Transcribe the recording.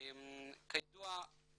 כידוע,